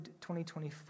2024